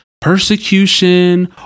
persecution